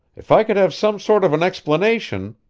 if i could have some sort of an explanation